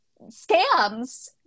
scams